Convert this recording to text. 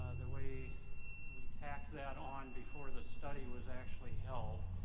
ah the way we tacked that on before the study was actually held.